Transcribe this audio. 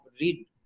read